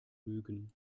lügen